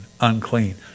unclean